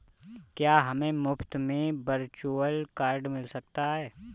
क्या हमें मुफ़्त में वर्चुअल कार्ड मिल सकता है?